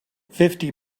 fifty